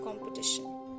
competition